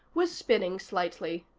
was spinning slightly.